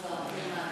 לא.